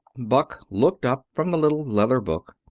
buck looked up from the little leather book.